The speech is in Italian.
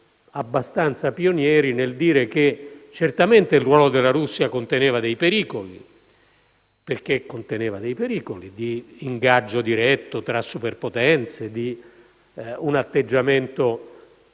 abbastanza pionieri nel dire che certamente il ruolo della Russia conteneva dei pericoli, in termini di ingaggio diretto tra superpotenze e di un atteggiamento